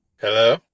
Hello